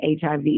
HIV